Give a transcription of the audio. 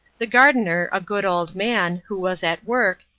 the gardener, a good old man, who was at work,